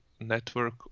network